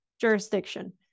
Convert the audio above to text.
jurisdiction